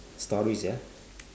stories ya